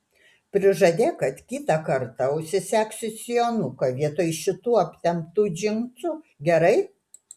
prižadėk kad kitą kartą užsisegsi sijonuką vietoj šitų aptemptų džinsų gerai